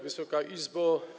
Wysoka Izbo!